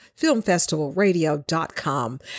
filmfestivalradio.com